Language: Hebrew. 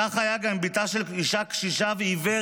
כך היה גם עם בתה של אישה קשישה ועיוורת